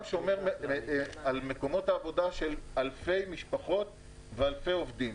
שומר על מקומות עבודה של אלפי משפחות ואלפי עובדים.